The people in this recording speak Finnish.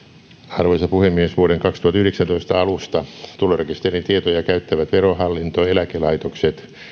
arvoisa puhemies vuoden kaksituhattayhdeksäntoista alusta tulorekisterin tietoja käyttävät verohallinto eläkelaitokset